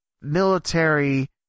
military